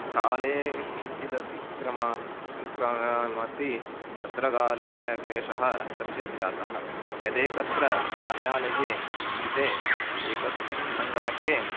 काले किञ्चिदतिक्रमात् क्रामति तत्र काले क्लेशः कश्चित् जातः यदेकत्र कार्यालये स्थिते एकस्मिन् सङ्गणके